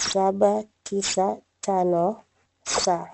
795S.